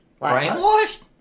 Brainwashed